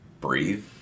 Breathe